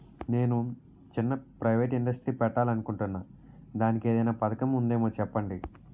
నేను చిన్న private industry పెట్టాలి అనుకుంటున్నా దానికి ఏదైనా పథకం ఉందేమో చెప్పండి?